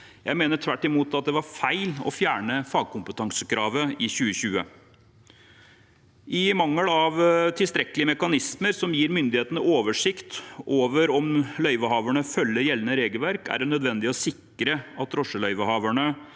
overtredelsesgebyr) 2023 at det var feil å fjerne fagkompetansekravet i 2020. I mangel av tilstrekkelige mekanismer som gir myndighetene oversikt over om løyvehaverne følger gjeldende regelverk, er det nødvendig å sikre at drosjeløyvehaverne